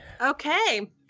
okay